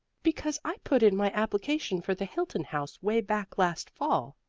because i put in my application for the hilton house way back last fall.